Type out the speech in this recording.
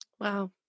wow